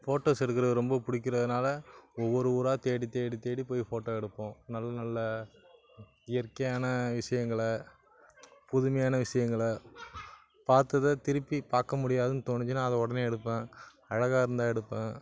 photos எடுக்கறது ரொம்பப் படிக்கறதுனால் ஒவ்வொரு ஊராக தேடித் தேடித் தேடி போய் ஃபோட்டோ எடுப்போம் நல்ல நல்ல இயற்கையான விஷயங்களை புதுமையான விஷயங்களை பார்த்தத திருப்பிப் பார்க்க முடியாதுன்னு தோணுச்சினால் அதை உடனே எடுப்பேன் அழகாக இருந்தால் எடுப்பேன்